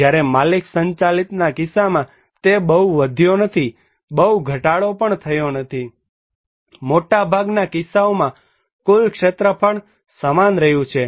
જ્યારે માલિક સંચાલિતના કિસ્સામાં તે બહુ વધ્યો નથી બહુ ઘટાડો પણ થયો નથી મોટાભાગના કિસ્સાઓમાં કુલ ક્ષેત્રફળ સમાન રહ્યું છે